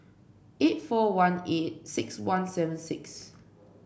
eight four one eight six one seven six